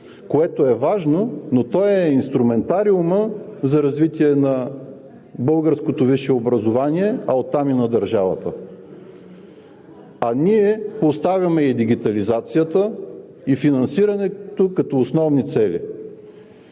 което е важно, но то е инструментариумът за развитие на българското висше образование, а оттам и на държавата. А ние поставяме и дигитализацията, и финансирането като основни цели.